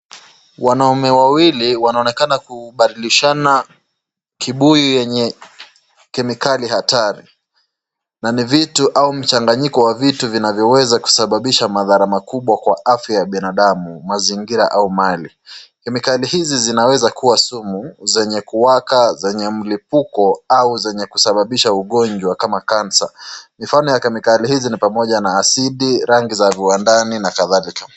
Wanauza wawili wanaonekana kubadikishana kibuyu yenye chemicali hatari. Na ni vitu au mchanganyiko wa vitu vinavyo weza kusababisha mathara makubwa kwa afya ya binadamu, mazingira au Mali. Chemicali hizi zinawza kuwa sumu zenye kuwaka, zenye mlipuka au zenye kusababisha ugonjwa kama Cancer .Mifano ya chemicali hizi ni kama acidi , rangi ya viwandani na kathalika.